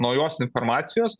naujos informacijos